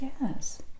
Yes